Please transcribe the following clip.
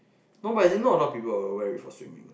no but as in not a lot of people will wear it for swimming